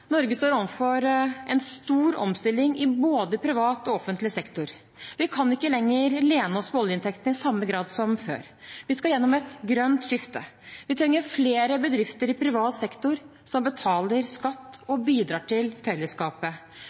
Norge står overfor en stor omstilling i både privat og offentlig sektor. Vi kan ikke lenger lene oss på oljeinntektene i samme grad som før. Vi skal gjennom et grønt skifte. Vi trenger flere bedrifter i privat sektor som betaler skatt og bidrar til fellesskapet.